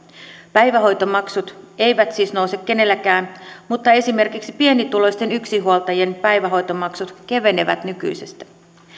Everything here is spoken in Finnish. päivähoitomaksut eivät siis nouse kenelläkään mutta esimerkiksi pienituloisten yksinhuoltajien päivähoitomaksut kevenevät nykyisestä